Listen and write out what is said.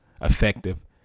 effective